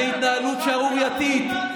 זאת התנהלות שערורייתית,